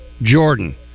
Jordan